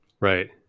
Right